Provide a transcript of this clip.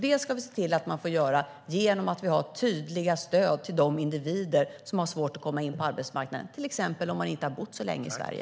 Det ska vi se till genom att ha tydliga stöd till de individer som har svårt att komma in på arbetsmarknaden, till exempel om man inte har bott så länge i Sverige.